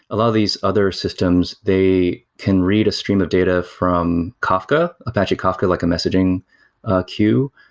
a lot of these other systems, they can read a stream of data from kafka, apache kafka like a messaging ah queue,